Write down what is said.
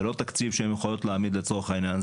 ולא מתקציב שהן יכולות להעמיד לצורך העניין,